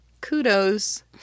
kudos